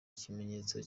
ikimenyetso